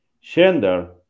gender